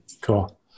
Cool